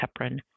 heparin